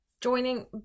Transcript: joining